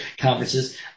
conferences